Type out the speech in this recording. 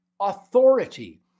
authority